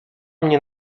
mnie